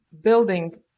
building